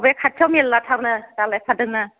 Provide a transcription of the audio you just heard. बे खाथियाव मेरलाथारनो जालायथारदोंनो